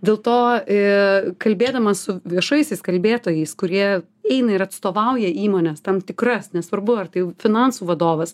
dėl to ir kalbėdama su viešaisiais kalbėtojais kurie eina ir atstovauja įmones tam tikras nesvarbu ar tai finansų vadovas